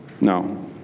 No